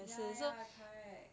ya ya correct